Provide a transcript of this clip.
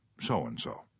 so-and-so